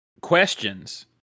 questions